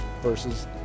versus